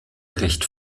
recht